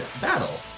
battle